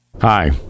hi